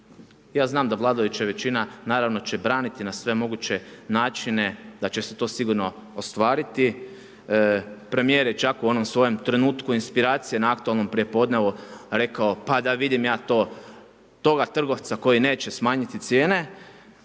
Ja znam da vladajuća većina naravno će braniti na sve moguće načine, da će se to sigurno ostvariti. Premijer je čak u onom svojem trenutku inspiracije na aktualnom prijepodnevu rekao, pa da vidim ja toga trgovca koji neće smanjiti cijene,